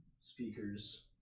speakers